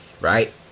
right